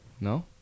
no